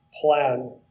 plan